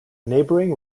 neighbouring